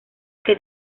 que